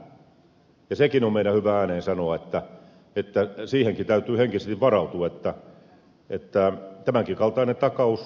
sekin on meidän hyvä ääneen sanoa että siihenkin täytyy henkisesti varautua että tämänkin kaltainen takaus saattaa realisoitua